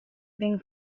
ben